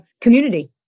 community